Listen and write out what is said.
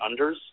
unders